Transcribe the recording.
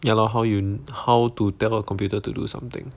ya lor how you how to tell a computer to do something